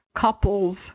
couples